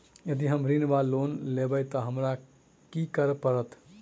यदि हम ऋण वा लोन लेबै तऽ हमरा की करऽ पड़त?